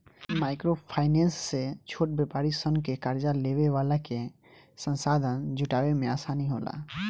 micro finance से छोट व्यापारी सन के कार्जा लेवे वाला के संसाधन जुटावे में आसानी होला